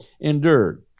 endured